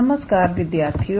नमस्कार विद्यार्थियों